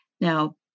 Now